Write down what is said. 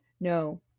No